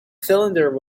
cylinder